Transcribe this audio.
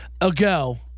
ago